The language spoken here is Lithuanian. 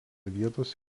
vietos